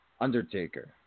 Undertaker